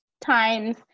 times